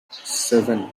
seven